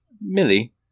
Millie